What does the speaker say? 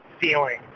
feeling